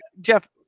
Jeff